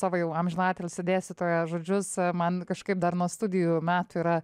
savo jau amžinatilsį dėstytojo žodžius man kažkaip dar nuo studijų metų yra